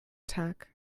tag